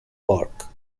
park